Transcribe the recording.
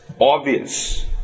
obvious